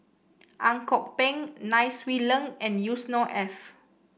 Ang Kok Peng Nai Swee Leng and Yusnor Ef